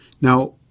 Now